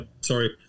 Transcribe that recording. Sorry